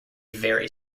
very